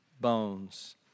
bones